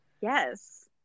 Yes